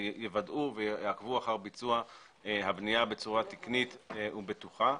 שיוודאו ויעקבו אחר ביצוע הבנייה בצורה תקנית ובטוחה.